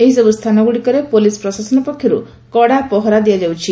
ଏହିସବୁ ସ୍ଚାନଗୁଡିକରେ ପୋଲିସ ପ୍ରଶାସନ ପକ୍ଷରୁ କଡା ପ୍ରହରା ଦିଆଯାଉଛି